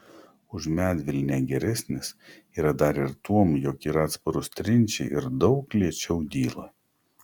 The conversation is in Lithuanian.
už medvilnę geresnis yra dar ir tuom jog yra atsparus trinčiai ir daug lėčiau dyla